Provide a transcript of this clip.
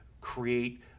create